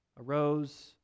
arose